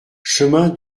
chemin